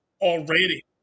already